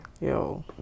yo